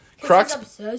Crocs